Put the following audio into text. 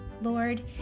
Lord